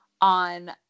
on